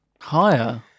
Higher